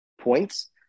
points